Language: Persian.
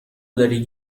داری